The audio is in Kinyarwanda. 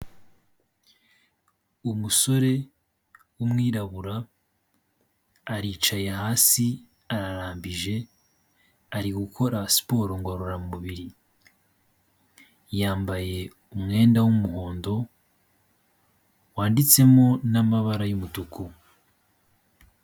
Umusore w'umwirabura aricaye hasi ararambije, ari gukora siporo ngororamubiri yambaye umwenda w'umuhondo wanditsemo n'amabara y'umutuku.